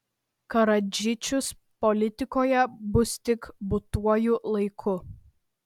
karadžičius politikoje bus tik būtuoju laiku